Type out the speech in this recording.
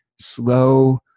slow